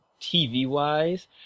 TV-wise